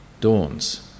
dawns